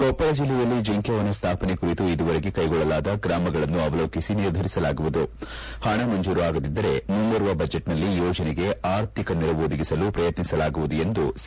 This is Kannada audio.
ಕೊಪ್ಪಳ ಜಲ್ಲೆಯಲ್ಲಿ ಜಿಂಕೆ ವನ ಸ್ಟಾಪನೆ ಕುರಿತು ಇದುವರೆಗೆ ಕೈಗೊಳ್ಳಲಾದ ಕ್ರಮಗಳನ್ನು ಅವಲೋಕಿಸಿ ನಿರ್ಧರಿಸಲಾಗುವುದು ಹಣ ಮಂಜೂರು ಆಗದಿದ್ದರೆ ಮುಂಬರುವ ಬಜೆಟ್ನಲ್ಲಿ ಯೋಜನೆಗೆ ಆರ್ಥಿಕ ನೆರವು ಒದಗಿಸಲು ಪ್ರಯತ್ನಿಸಲಾಗುವುದು ಎಂದು ಸಿ